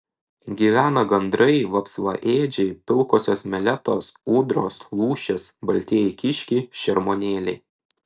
gyvena gandrai vapsvaėdžiai pilkosios meletos ūdros lūšys baltieji kiškiai šermuonėliai